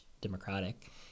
democratic